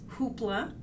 Hoopla